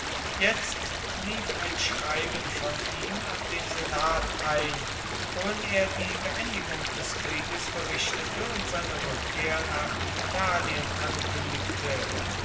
jetzt lief ein schreiben von ihm an den senat ein worin er die beendigung des krieges berichtete und seine rückkehr nach italien ankündigte